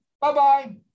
Bye-bye